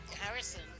Harrison